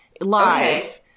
live